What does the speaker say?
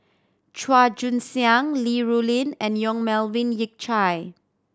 Chua Joon Siang Li Rulin and Yong Melvin Yik Chye